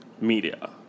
Media